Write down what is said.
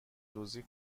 روزی